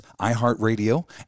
iHeartRadio